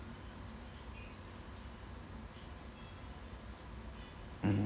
mmhmm